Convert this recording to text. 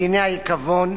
בדיני העיכבון,